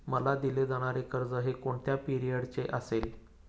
मला दिले जाणारे कर्ज हे कोणत्या पिरियडचे असेल?